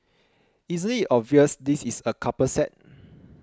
isn't it obvious this is a couple set